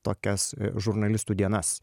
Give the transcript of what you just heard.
tokias žurnalistų dienas